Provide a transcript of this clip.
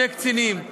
שני קצינים,